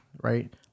Right